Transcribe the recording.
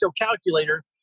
calculator